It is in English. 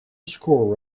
score